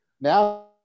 now